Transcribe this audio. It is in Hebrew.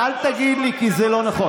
הרי הרכב היה רחוק מהכביש ולא הייתה בכלל